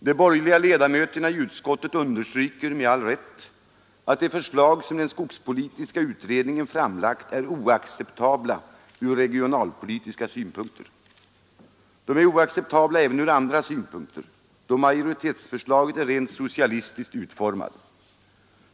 De borgerliga ledamöterna i utskottet understryker med all rätt att de förslag som den skogspolitiska utredningen framlagt är oacceptabla ur regionalpolitiska synpunkter. De är oacceptabla även ur andra synpunkter, då majoritetsförslaget är rent socialistiskt utformat.